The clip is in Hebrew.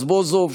יואל רזבוזוב,